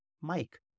Mike